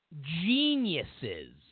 geniuses